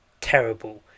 terrible